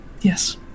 Yes